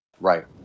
Right